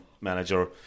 manager